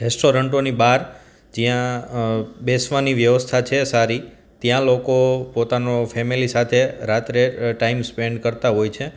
રેસ્ટોરન્ટોની બહાર જ્યાં બેસવાની વ્યવસ્થા છે સારી ત્યાં લોકો પોતાનો ફેમિલી સાથે રાત્રે ટાઈમ સ્પેન્ડ કરતાં હોય છે